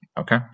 Okay